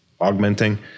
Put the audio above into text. augmenting